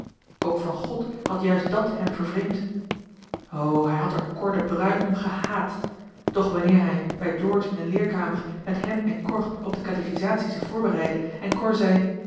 ook van god had juist dat hem vervreemd o hij had er cor de bruyn om gehaat doch wanneer hij bij george in de leerkamer met hem en cor op de katechisatie zich voorbereidde en cor zei